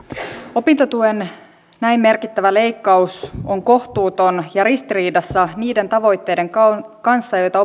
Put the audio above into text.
opintotuen näin merkittävä leikkaus on kohtuuton ja ristiriidassa niiden tavoitteiden kanssa joita